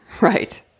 Right